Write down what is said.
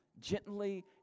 gently